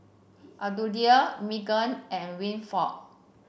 Elodie Meagan and Winford